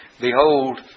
Behold